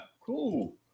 cool